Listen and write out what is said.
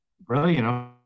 Brilliant